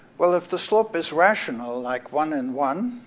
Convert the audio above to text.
well, if the slope is rational, like one in one,